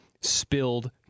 spilled